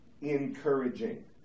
encouraging